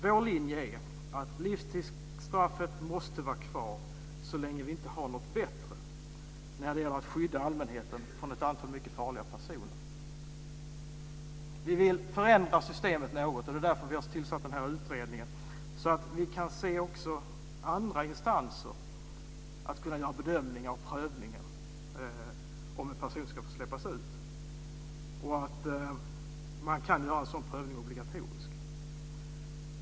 Vår linje är att livstidsstraffet måste vara kvar så länge vi inte har något bättre när det gäller att skydda allmänheten från ett antal mycket farliga personer. Vi vill förändra systemet något - det är därför vi har tillsatt utredningen - så att vi kan se att även andra instanser kan göra bedömningar och prövningar om en person ska få släppas ut. En sådan prövning kan göras obligatorisk.